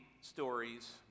stories